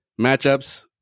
matchups